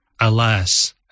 Alas